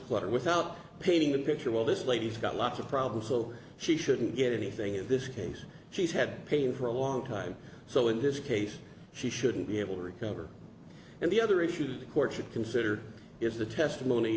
clutter without painting the picture well this lady's got lots of problems so she shouldn't get anything in this case she's had pain for a long time so in this case she shouldn't be able to recover and the other issues the court should consider is the testimony